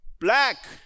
Black